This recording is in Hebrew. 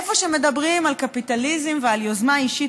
איפה שמדברים על קפיטליזם ועל יוזמה אישית